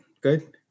good